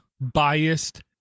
biased